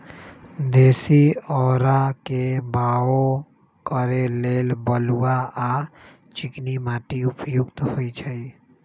देशी औरा के बाओ करे लेल बलुआ आ चिकनी माटि उपयुक्त होइ छइ